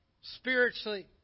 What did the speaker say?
spiritually